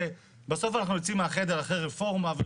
שבסוף אנחנו יוצאים מהחדר אחרי רפורמה.